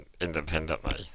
independently